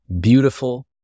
beautiful